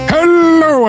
Hello